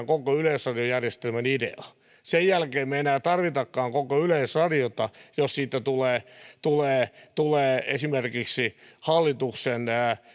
koko yleisradiojärjestelmän idea sen jälkeen me emme enää tarvitsekaan koko yleisradiota jos siitä tulee tulee esimerkiksi hallituksen